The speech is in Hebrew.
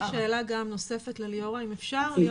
אז אני